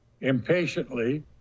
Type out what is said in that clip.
impatiently